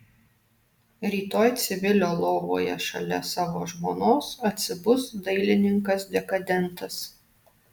rytoj civilio lovoje šalia savo žmonos atsibus dailininkas dekadentas